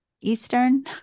Eastern